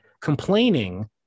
complaining